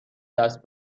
دست